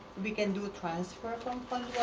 we can do a transfer from fund